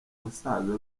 basaza